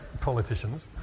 politicians